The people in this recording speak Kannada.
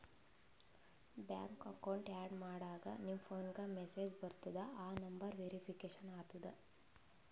ಬ್ಯಾಂಕ್ ಅಕೌಂಟ್ ಆ್ಯಡ್ ಮಾಡಾಗ್ ನಿಮ್ ಫೋನ್ಗ ಮೆಸೇಜ್ ಬರ್ತುದ್ ಆ ನಂಬರ್ ವೇರಿಫಿಕೇಷನ್ ಆತುದ್